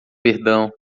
perdão